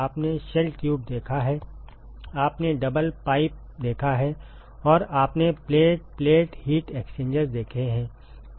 आपने shell tube देखा है आपने डबल पाइप देखा है और आपने प्लेट प्लेट हीट एक्सचेंजर्स देखे हैं